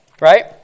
Right